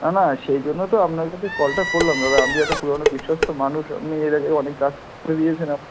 না না সেই জন্য তো আপনার কাছে কলটা করলাম দাদা আপনি একটা পুরনো বিশ্বস্ত মানুষ আপনি এর আগেও অনেক কাজ করে দিয়েছেন